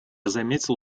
заметил